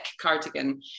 cardigan